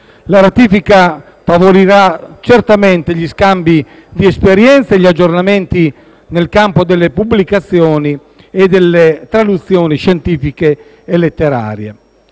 La ratifica favorirà certamente gli scambi di esperienze e gli aggiornamenti nel campo delle pubblicazioni e delle traduzioni scientifiche e letterarie.